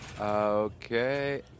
Okay